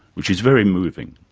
which is very moving.